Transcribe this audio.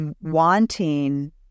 Wanting